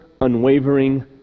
unwavering